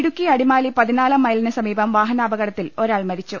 ഇടുക്കി അടിമാലി പതിനാലാം മൈലിന് സമീപം വാഹനാപകട ത്തിൽ ഒരാൾ മരിച്ചു